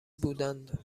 بودند